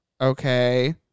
Okay